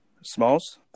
Smalls